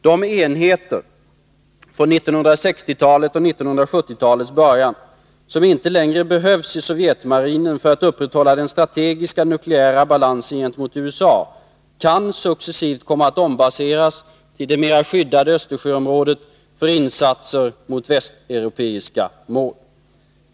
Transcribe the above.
De enheter från 1960-talet och 1970-talets början som inte längre behövs i Sovjetmarinen för att upprätthålla den strategiska nukleära balansen gentemot USA kan successivt komma att ombaseras till det mera skyddade Östersjöområdet för insatser mot västeuropeiska mål.